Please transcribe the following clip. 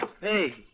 Hey